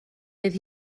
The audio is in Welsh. fydd